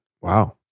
Wow